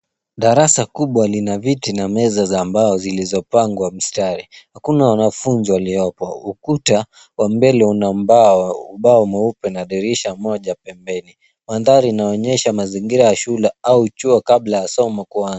Darasa kubwa lina viti na meza za mbao zilizopangwa mstari. Hakuna wanafunzi waliopo. Ukuta wa mbele una ubao mweupe na dirisha moja pembeni. Mandhari inaonyesha mazingira ya shule au chuo kabla ya somo kuanza.